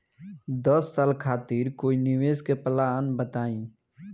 दस साल खातिर कोई निवेश के प्लान बताई?